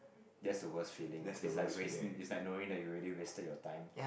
that's the worst feeling is like wasting is like knowing that you already wasted your time